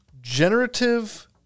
generative